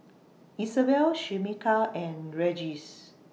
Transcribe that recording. Isabel Shamika and Regis